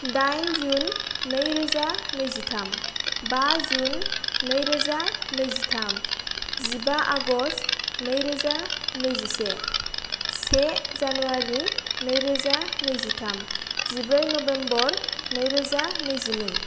दाइन जुन नैरोजा नैजिथाम बा जुन नैरोजा नैजिथाम जिबा आगष्ट नैरोजा नैजिसे से जानुवारि नैरोजा नैजिथाम जिब्रै नबेम्बर नैरोजा नैजिनै